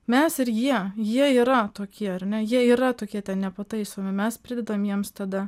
mes ir jie jie yra tokie ar ne jie yra tokie ten nepataisomi mes pridedam jiems tada